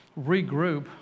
regroup